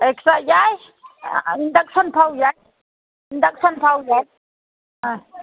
extra ꯌꯥꯏ induction ꯐꯥꯎ ꯌꯥꯏ ꯏꯟꯗꯛꯁꯟ ꯐꯥꯎ ꯌꯥꯏ ꯑꯥ